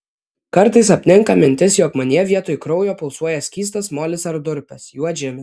kartais apninka mintis jog manyje vietoj kraujo pulsuoja skystas molis ar durpės juodžemis